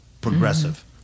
Progressive